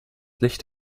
licht